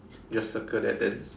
just circle that then